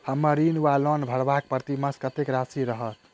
हम्मर ऋण वा लोन भरबाक प्रतिमास कत्तेक राशि रहत?